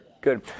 Good